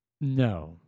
No